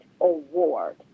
award